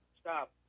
stop